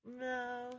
No